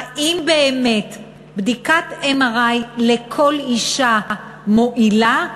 האם באמת בדיקת MRI לכל אישה מועילה,